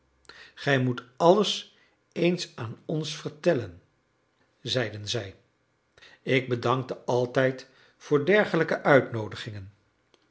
gij moet alles eens aan ons vertellen zeiden zij ik bedankte altijd voor dergelijke uitnoodigingen